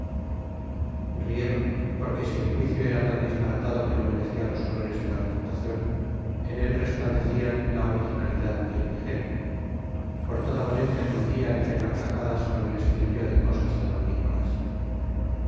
rieron porque si el juicio era tan disparatado que no merecía los honores de la refutación en él resplandecían la originalidad y el ingenio por toda valencia cundía entre carcajadas con el estribillo de cosas de d nicolás